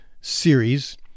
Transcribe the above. series